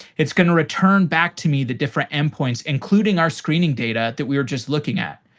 it's going to return back to me the different endpoints including our screening data that we were just looking at.